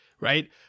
Right